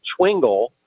twingle